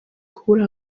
kubura